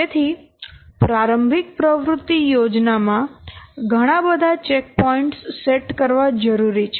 તેથી પ્રારંભિક પ્રવૃત્તિ યોજના માં ઘણા બધા ચેકપોઇન્ટ્સ સેટ કરવા જરૂરી છે